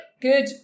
good